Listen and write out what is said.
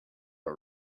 are